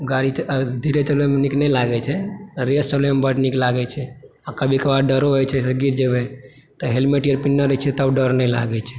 गाड़ी च धीरे चलबैमे नीक नहि लागैत छै रेसमे चलबैमे बड्ड नीक लागै छै आ कभी कभार डरो होइ छै जे गिर जेबै तऽ हेलमेट यदि पहिरने रहै छियै तब डर नहि लागैत छै